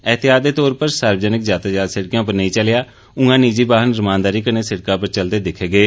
एहतियात दे तौर उप्पर सार्वजनिक यातायात सिड़कें पर नेईं चलेआ उआं निजी वाहन रमानदारी कन्नै सिड़कें पर चलदे दिक्खे गे